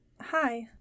Hi